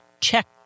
check